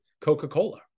Coca-Cola